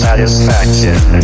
Satisfaction